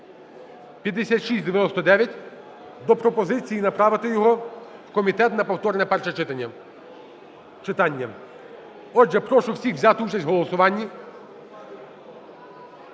5699 до пропозиції направити його в комітет на повторне перше читання. Отже, прошу всіх взяти участь в голосуванні